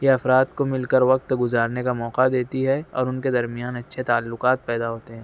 یہ افراد کو مل کر وقت گزارنے کا موقع دیتی ہے اور کے درمیان اچھے تعلقات پیدا ہوتے ہیں